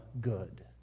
good